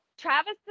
Travis